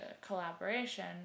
collaboration